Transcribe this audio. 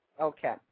Okay